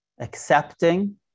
accepting